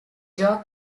joe